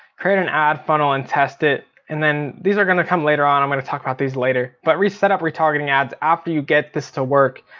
create an ad, funnel and test it. and then these are gonna come later on. i'm gonna talk about these later. but set up retargeting ads after you get this to work.